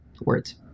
words